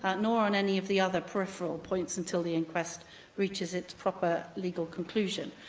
ah nor on any of the other peripheral points until the inquest reaches its proper legal conclusion.